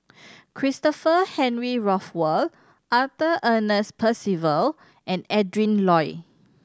Christopher Henry Rothwell Arthur Ernest Percival and Adrin Loi